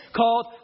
called